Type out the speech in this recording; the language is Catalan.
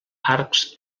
arcs